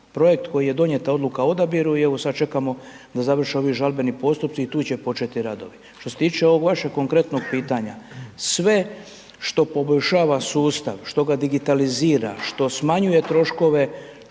Projekt koji je donijeta odluka o odabiru i evo sad čekamo da završe ovi žalbeni postupci i tu će početi radovi. Što se tiče ovog vašeg konkretnog pitanja, sve što poboljšava sustav što ga digitalizira, što smanjuje troškove,